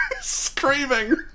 Screaming